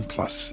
Plus